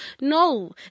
No